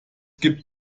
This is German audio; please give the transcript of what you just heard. gibt